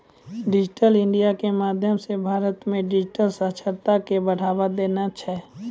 digital India के माध्यम से भारत मे डिजिटल साक्षरता के बढ़ावा देना छै